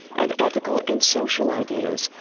and ethical and social ideas,